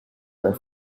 are